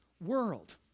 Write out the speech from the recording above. world